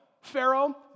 Pharaoh